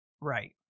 Right